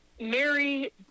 Mary